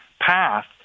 path